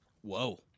Whoa